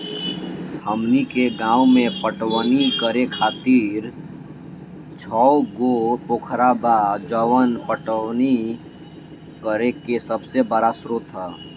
हमनी के गाँव में पटवनी करे खातिर छव गो पोखरा बा जवन पटवनी करे के सबसे बड़ा स्रोत बा